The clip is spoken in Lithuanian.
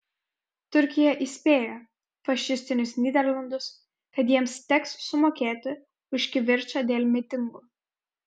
turkija įspėja fašistinius nyderlandus kad jiems teks sumokėti už kivirčą dėl mitingų